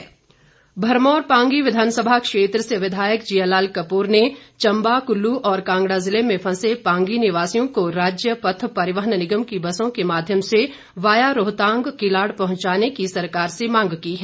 जियालाल कप्र भरमौर पांगी विधानसभा क्षेत्र से विधायक जियालाल कपूर ने चंबा कुल्लू और कांगडा जिले में फंसे पांगी निवासियों को राज्य पथ परिवहन निगम की बसों के माध्यम से वाया रोहतांग किलाड़ पहुंचाने की सरकार से मांग की है